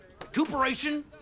recuperation